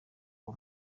uwo